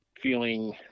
feeling